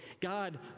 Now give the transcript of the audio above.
God